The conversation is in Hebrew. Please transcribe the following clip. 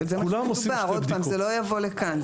זה מה שדובר, עוד פעם, זה לא יבוא לכאן.